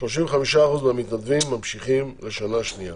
35% מהמתנדבים ממשיכים לשנה השנייה.